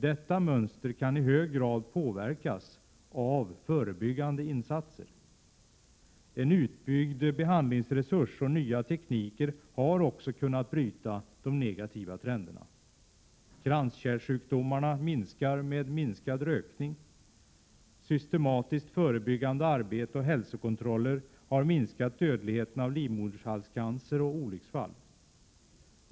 Detta mönster kan i hög grad påverkas av förebyggande insatser. En utbyggd behandlingsresurs och nya tekniker har också kunnat bryta de negativa trenderna. Kranskärlssjukdomarna minskar med minskad rökning. Systematiskt förebyggande arbete och hälsokontroller har minskat dödligheten i livmoderhalscancer och olycksfall.